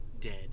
dead